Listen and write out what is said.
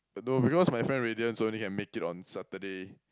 no because my friend Raydians can only make it on Saturday